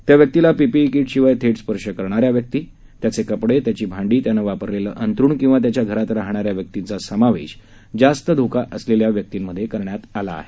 त्या व्यक्तीला PPE kit शिवाय थेट स्पर्श करणाऱ्या व्यक्ती त्याचे कपडे त्याची भांडी त्याने वापरलेले अंथरुण किंवा त्याच्या घरात राहणाऱ्या व्यक्तींचा समावेश झास्त धोका असलेल्या व्यक्तींमध्ये करण्यात आला आहे